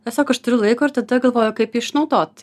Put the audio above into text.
tiesiog aš turiu laiko ir tada galvoju kaip jį išnaudot